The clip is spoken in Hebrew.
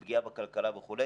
זו פגיעה בכלכלה וכו'.